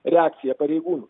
reakcija pareigūnų